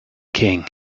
king